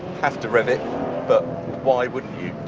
have to rev it but why wouldn't you,